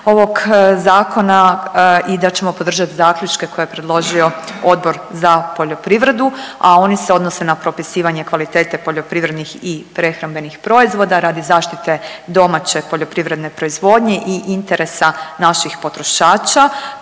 ovog zakona i da ćemo podržat zaključke koje je predložio Odbor za poljoprivredu, a oni se odnose na propisivanje kvalitete poljoprivrednih i prehrambenih proizvoda radi zaštite domaće poljoprivredne proizvodnje i interesa naših potrošača